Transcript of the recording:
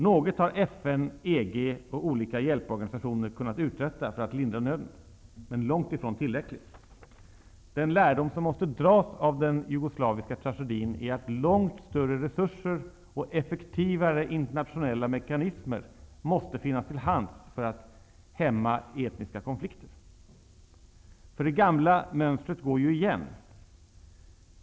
Något har FN, EG och olika hjälporganisationer kunnat uträtta för att lindra nöden, men långt ifrån tillräckligt. Den lärdom som måste dras av den jugoslaviska tragedin är att långt större resurser och effektivare internationella mekanismer måste finnas till hands för att hämma etiska konflikter. Det gamla mönstret går nämligen igen.